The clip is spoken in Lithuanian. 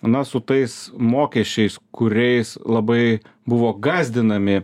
na su tais mokesčiais kuriais labai buvo gąsdinami